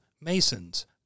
masons